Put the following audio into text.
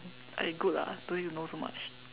!aiya! good lah don't need to know so much